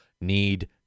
need